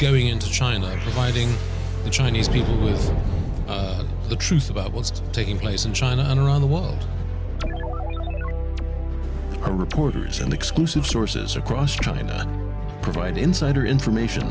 going into china hiding the chinese people is the truth about what's taking place in china and around the world are reporters and exclusive sources across china provide insider information